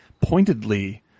pointedly